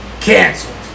Cancelled